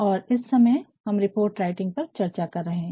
और इस समय हम रिपोर्ट राइटिंग पर चर्चा कर रहे है